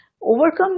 overcome